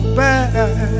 back